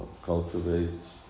Cultivates